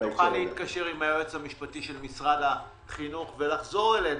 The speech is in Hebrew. אם תוכל להתקשר עם היועץ המשפטי של משרד החינוך ולחזור אלינו.